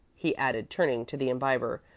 he added, turning to the imbiber,